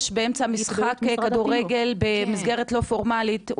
באמצע משחק כדורגל במסגרת לא פורמלית,